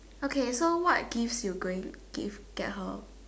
okay so what gift you going gift get her